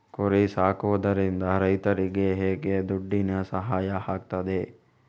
ಕುರಿ ಸಾಕುವುದರಿಂದ ರೈತರಿಗೆ ಹೇಗೆ ದುಡ್ಡಿನ ಸಹಾಯ ಆಗ್ತದೆ?